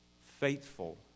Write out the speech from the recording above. faithful